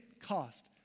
cost